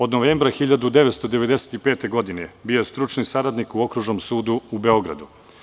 Od novembra 1995. godine bio je stručni saradnik u Okružnom sudu u Beogradu.